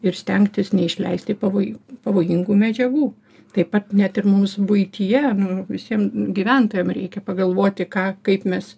ir stengtis neišleisti pavoji pavojingų medžiagų taip pat net ir mums buityje nu visiem gyventojam reikia pagalvoti ką kaip mes